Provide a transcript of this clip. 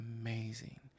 amazing